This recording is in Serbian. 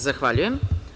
Zahvaljujem.